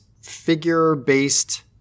figure-based